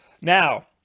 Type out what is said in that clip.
now